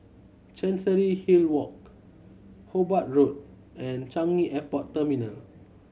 Chancery Hill Walk Hobart Road and Changi Airport Terminal